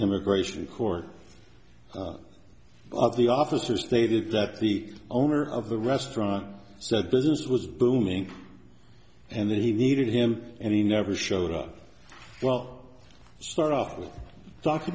immigration court of the officer stated that the owner of the restaurant so the business was booming and that he needed him and he never showed up well start off with doc